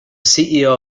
ceo